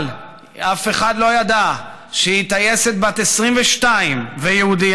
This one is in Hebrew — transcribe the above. אבל אף אחד לא ידע שהיא טייסת בת 22 ויהודייה.